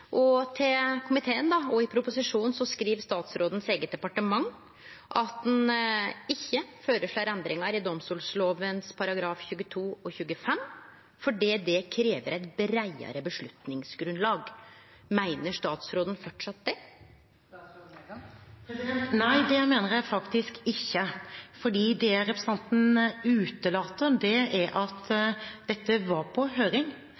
Til komiteen og i proposisjonen skriv statsrådens eige departement at ein ikkje føreslår endringar i domstolloven §§ 22 og 25, fordi det krev «et bredere beslutningsgrunnlag». Meiner statsråden framleis det? Nei, det mener jeg faktisk ikke, fordi det representanten utelater, er at dette var på